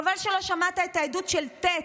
חבל שלא שמעת את העדות של ט',